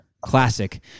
classic